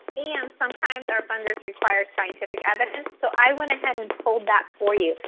and sometimes our funders require scientific evidence. so i went ahead and pulled that for you.